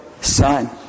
Son